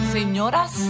Señoras